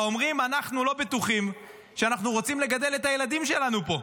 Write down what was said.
אומרים: אנחנו לא בטוחים שאנחנו רוצים לגדל את הילדים שלנו פה.